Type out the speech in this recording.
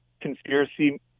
conspiracy